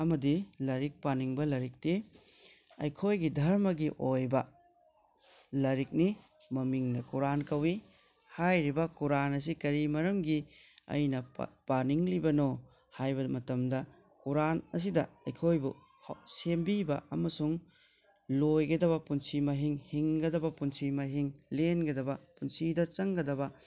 ꯑꯃꯗꯤ ꯂꯥꯏꯔꯤꯛ ꯄꯥꯅꯤꯡꯕ ꯂꯥꯏꯔꯤꯛꯇꯤ ꯑꯩꯈꯣꯏꯒꯤ ꯙꯔꯃꯒꯤ ꯑꯣꯏꯕ ꯂꯥꯏꯔꯤꯛꯅꯤ ꯃꯃꯤꯡꯅ ꯀꯨꯔꯥꯟ ꯀꯧꯏ ꯍꯥꯏꯔꯤꯕ ꯀꯨꯔꯥꯟ ꯑꯁꯤ ꯀꯔꯤ ꯃꯔꯝꯒꯤ ꯑꯩꯅ ꯄꯥꯅꯤꯡꯂꯤꯕꯅꯣ ꯍꯥꯏꯕ ꯃꯇꯝꯗ ꯀꯨꯔꯥꯟ ꯑꯁꯤꯗ ꯑꯩꯈꯣꯏꯕꯨ ꯁꯦꯝꯕꯤꯕ ꯑꯃꯁꯨꯡ ꯂꯣꯏꯒꯗꯕ ꯄꯨꯟꯁꯤ ꯃꯍꯤꯡ ꯍꯤꯡꯒꯗꯕ ꯄꯨꯟꯁꯤ ꯃꯍꯤꯡ ꯂꯦꯟꯒꯗꯕ ꯄꯨꯟꯁꯤꯗ ꯆꯪꯒꯗꯕ